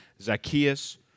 Zacchaeus